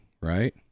right